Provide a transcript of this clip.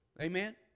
Amen